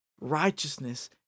righteousness